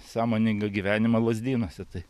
sąmoningą gyvenimą lazdynuose tai